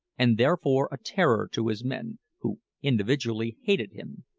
and therefore a terror to his men, who individually hated him,